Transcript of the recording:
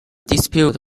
dispute